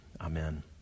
Amen